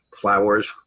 flowers